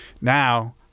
Now